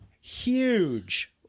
huge